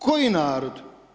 Koji narod?